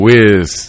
Wiz